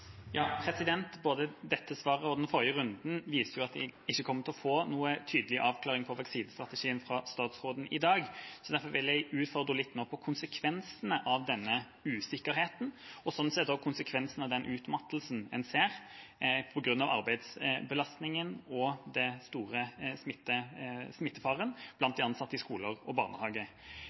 Både dette svaret og den forrige runden viser jo at vi ikke kommer til å få noen tydelig avklaring på vaksinestrategien fra statsråden i dag, så derfor vil jeg utfordre henne litt nå på konsekvensene av denne usikkerheten og sånn sett også konsekvensene av den utmattelsen en ser på grunn av arbeidsbelastningen og den store smittefaren blant de ansatte i skoler og